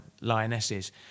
lionesses